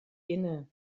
inne